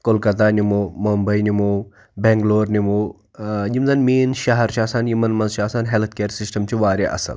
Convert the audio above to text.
کولکَتہ نِمو ممباے نِمو بیٚنگلور نِمو یِم زَن مین شَہَر چھِ آسان یِمَن مَنٛز چھِ آسان ہیٚلتھ کیر سِسٹم چھُ واریاہ اصل